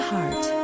Heart